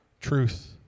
truth